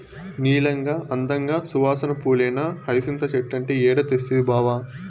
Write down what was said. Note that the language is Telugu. నీలంగా, అందంగా, సువాసన పూలేనా హైసింత చెట్లంటే ఏడ తెస్తవి బావా